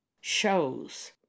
shows